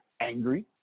angry